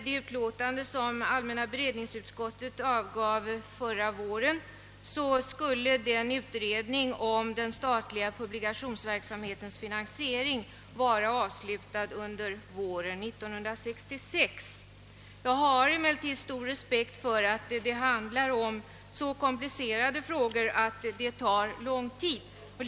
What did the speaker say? I allmänna beredningsutskottets utlåtande förra våren förklarades att utredningen om den statliga publikationsverksamhetens finansiering skulle vara avslutad våren 1966. Jag har emellertid stor förståelse för att dessa mycket komplicerade frågor tar lång tid att ut reda.